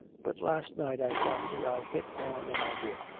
but last night i fancy i hit on an idea.